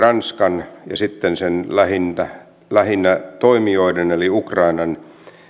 ranskan ja sitten lähinnä lähinnä toimijoiden eli ukrainan